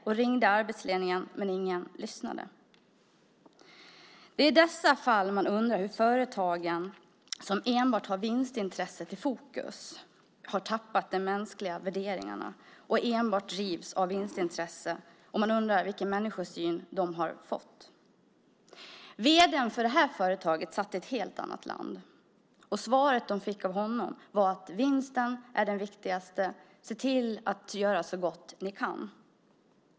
Hon ringde arbetsledningen, men ingen lyssnade. Det är i dessa fall man undrar över om de företag som har enbart vinstintresset i fokus har tappat de mänskliga värderingarna. Man undrar vilken människosyn de har fått. Vd:n för det här företaget satt i ett annat land. Det svar de fick av honom var: Vinsten är det viktigaste. Se till att göra så gott ni kan.